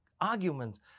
arguments